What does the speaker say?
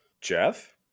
Jeff